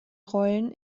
rollen